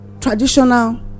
traditional